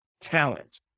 talent